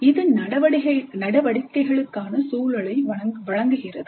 இது நடவடிக்கைகளுக்கான சூழலை வழங்குகிறது